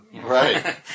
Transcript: Right